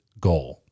goal